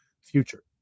future